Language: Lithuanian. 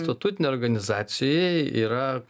statutinė organizacijoje yra